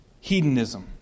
hedonism